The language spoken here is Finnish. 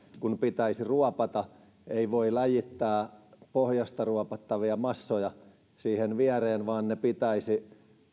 kun pitäisi ruopata ei voi läjittää pohjasta ruopattavia massoja siihen viereen vaan ne pitäisi